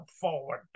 forward